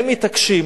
הם מתעקשים